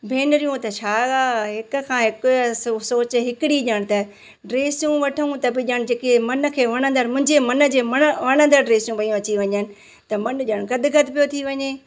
भेनरियूं त छा हिक खां हिक सो सोचु हिकिड़ी ॼणु त ड्रेसियूं वठूं त बि ॼणु मन खे वणंदड़ मुंहिंजे मन जे मनु वणंदड़ ड्रेसियूं भई अचियूं वञनि त मन ॼणु गदगदु पियो थी वञे